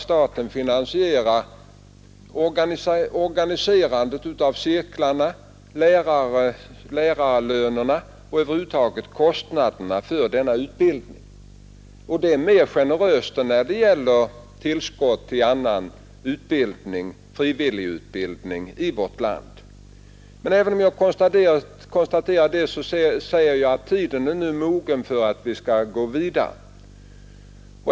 Staten finansierar organiserandet av studiecirklarna och svarar för lärarlöner och övriga kostnader för denna undervisning. Det är mera generöst än när det gäller bidrag till annan frivillig utbildning i vårt land. Men även om jag konstaterar det, säger jag, att tiden nu är mogen för att vi skall gå vidare.